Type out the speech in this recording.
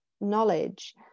knowledge